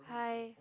hi